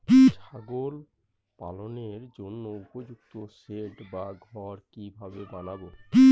ছাগল পালনের জন্য উপযুক্ত সেড বা ঘর কিভাবে বানাবো?